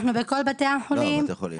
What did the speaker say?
בכל בתי החולים.